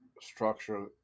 structure